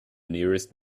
nearest